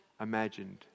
imagined